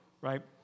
right